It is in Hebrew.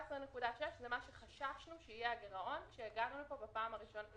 14.6 זה מה שחששנו שיהיה הגירעון שהגענו לפה בפעם הראשונה.